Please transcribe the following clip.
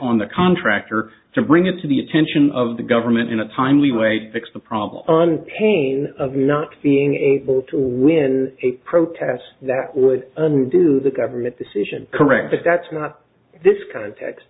on the contractor to bring it to the attention of the government in a timely way to fix the problem on pain of not being able to win a protest that would undo the government decision correct but that's not this context